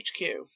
HQ